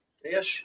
três